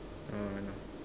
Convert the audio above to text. orh no